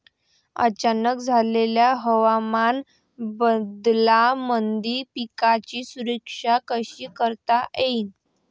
अचानक झालेल्या हवामान बदलामंदी पिकाची सुरक्षा कशी करता येईन?